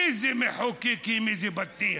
איזה מחוקקים איזה בטיח.